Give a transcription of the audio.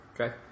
Okay